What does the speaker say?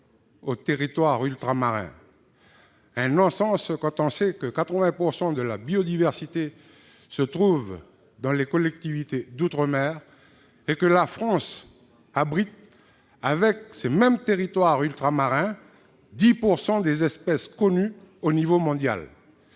aux territoires ultramarins. Un non-sens, quand on sait que 80 % de la biodiversité se trouve dans les collectivités d'outre-mer et que la France abrite, avec ces mêmes territoires ultramarins, 10 % des espèces connues au niveau mondial.